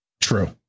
true